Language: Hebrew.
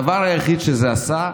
הדבר היחיד שזה עשה,